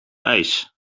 ijs